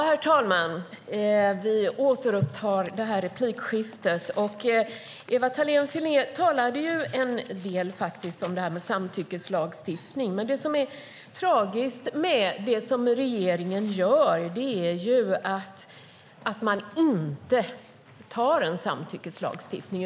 Herr talman! Vi återupptar replikskiftet. Ewa Thalén Finné talade en del om samtyckeslagstiftningen, men det som är tragiskt med det som regeringen gör är att man inte tar en samtyckeslagstiftning.